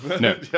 No